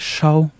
Show